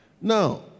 Now